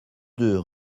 deux